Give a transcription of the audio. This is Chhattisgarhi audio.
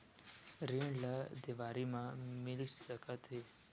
ऋण ला देवारी मा मिल सकत हे